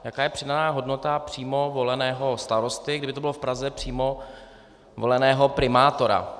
Jaká je přidaná hodnota přímo voleného starosty, kdyby to bylo v Praze, přímo voleného primátora.